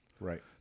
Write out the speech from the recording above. Right